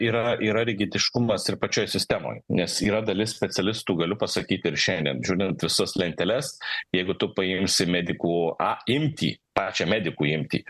yra yra rigidiškumas ir pačioj sistemoj nes yra dalis specialistų galiu pasakyt ir šiandien visas lenteles jeigu tu paimsi medikų imtį pačią medikų imkit